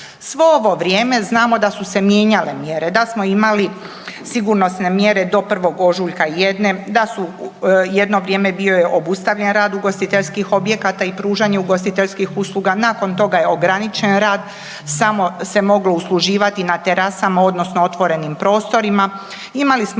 Svo ovo vrijeme znamo da su se mijenjale mjere, da smo imali sigurnosne mjere do 1. ožujka jedne, da su, jedno vrijeme bio je obustavljen rad ugostiteljskih objekata i pružanje ugostiteljskih usluga, nakon toga je ograničen rad, samo se moglo usluživati na terasama odnosno otvorenim prostorima. Imali smo